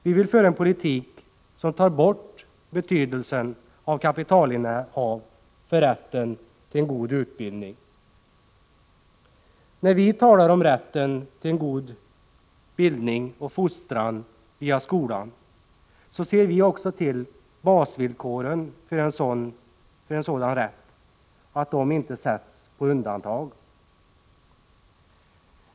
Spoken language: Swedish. Vi vill föra en politik som tar bort betydelsen av kapitalinnehav för rätten till en god utbildning. När vi talar om rätten till en god bildning och fostran via skolan, ser vi också till att basvillkoren för en sådan rätt inte sätts på undantag.